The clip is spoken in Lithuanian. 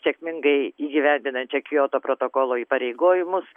sėkmingai įgyvendinančia kioto protokolo įpareigojimus